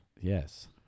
Yes